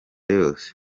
yose